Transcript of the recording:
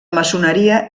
maçoneria